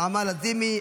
נעמה לזימי,